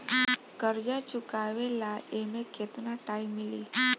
कर्जा चुकावे ला एमे केतना टाइम मिली?